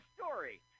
story